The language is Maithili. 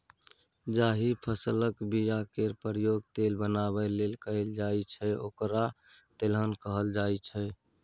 जाहि फसलक बीया केर प्रयोग तेल बनाबै लेल कएल जाइ छै ओकरा तेलहन कहल जाइ छै